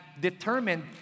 determined